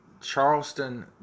Charleston